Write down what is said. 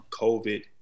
COVID